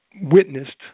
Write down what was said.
witnessed